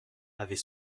avait